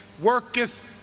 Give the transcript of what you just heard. worketh